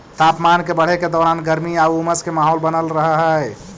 तापमान के बढ़े के दौरान गर्मी आउ उमस के माहौल बनल रहऽ हइ